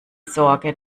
sorge